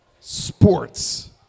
Sports